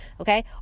Okay